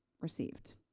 received